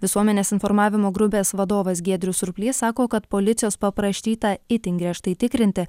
visuomenės informavimo grupės vadovas giedrius surplys sako kad policijos paprašyta itin griežtai tikrinti